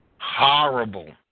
horrible